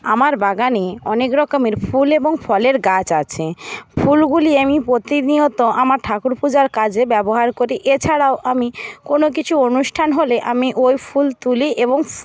আমার বাগানে অনেক রকমের ফুল এবং ফলের গাছ আছে ফুলগুলি আমি প্রতিনিয়ত আমার ঠাকুর পূজার কাজে ব্যবহার করি এছাড়াও আমি কোনোকিছু অনুষ্ঠান হলে আমি ওই ফুল তুলি এবং